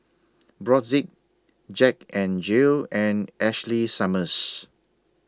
Brotzeit Jack N Jill and Ashley Summers